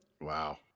Wow